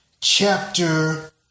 chapter